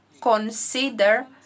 consider